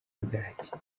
bwacyi